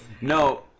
No